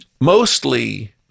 Mostly